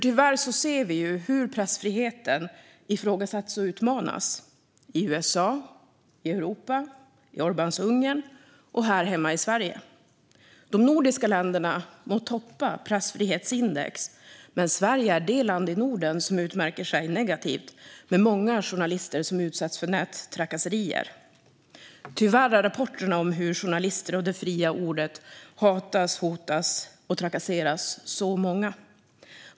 Tyvärr ser vi att pressfriheten ifrågasätts och utmanas - i USA och i Europa, i Orbáns Ungern och här hemma i Sverige. De nordiska länderna må toppa pressfrihetsindex, men Sverige är det land i Norden som utmärker sig negativt med många journalister som utsätts för nättrakasserier. Tyvärr är rapporterna många om hur journalister och det fria ordet hatas, hotas och trakasseras.